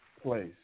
place